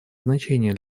значение